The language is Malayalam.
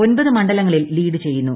ഒൻപത് മണ്ഡലങ്ങളിൽ ലീഡ് ചെയ്യുന്നു